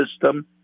system